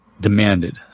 demanded